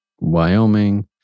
Wyoming